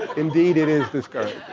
indeed, it is discouraging.